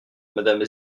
madame